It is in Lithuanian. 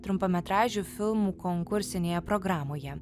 trumpametražių filmų konkursinėje programoje